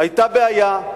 היתה בעיה,